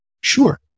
Sure